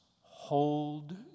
hold